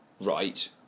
right